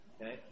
okay